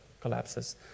collapses